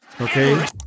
Okay